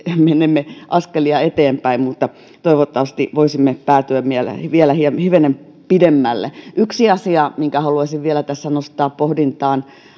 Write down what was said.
menemme askelia eteenpäin mutta toivottavasti voisimme päätyä vielä hivenen pidemmälle yksi asia minkä haluaisin vielä tässä nostaa pohdintaan